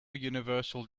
universal